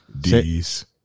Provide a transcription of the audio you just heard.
D's